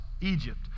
Egypt